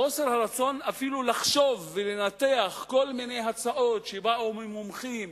חוסר הרצון אפילו לחשוב ולנתח כל מיני הצעות שבאו ממומחים,